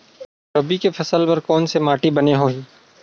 रबी के फसल बर कोन से माटी बने होही?